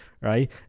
right